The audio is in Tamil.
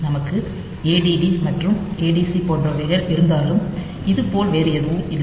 நமக்கு add மற்றும் adc போன்றவைகள் இருந்தாலும் இது போல் வேறு எதுவும் இல்லை